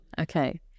Okay